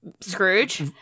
Scrooge